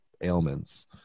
ailments